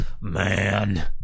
man